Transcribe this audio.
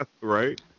right